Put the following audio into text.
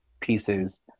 pieces